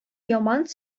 яман